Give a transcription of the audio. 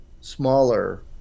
smaller